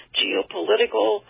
geopolitical